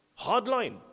hardline